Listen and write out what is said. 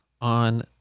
on